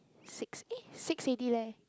six eh six already leh